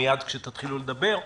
מיד כשתתחילו לדבר.